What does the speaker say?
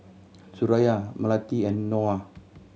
Suraya Melati and Noah